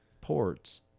ports